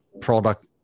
product